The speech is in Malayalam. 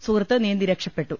സുഹൃത്ത് നീന്തി രക്ഷപ്പെട്ടു